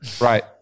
Right